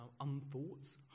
unthoughts